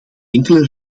enkele